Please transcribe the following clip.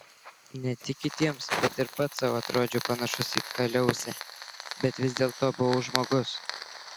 ne tik kitiems bet ir pats sau atrodžiau panašus į kaliausę bet vis dėlto buvau žmogus